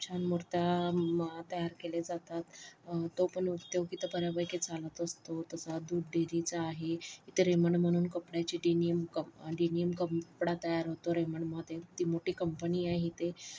खूप छान मुर्त्या तयार केले जातात तो पण उद्योग इथे बऱ्यापैकी चालत असतो तसा दूध डेरीचा आहे इथे रेमंड म्हणून कपड्याची डेनिम कप डेनिम कपडा तयार होतो रेमंडमध्ये ती मोठी कंपनी आहे इथे